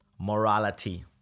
morality